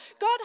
God